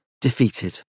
defeated